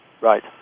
Right